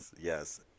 Yes